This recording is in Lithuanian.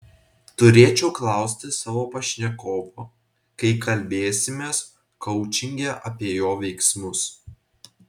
turėčiau klausti savo pašnekovo kai kalbėsimės koučinge apie jo veiksmus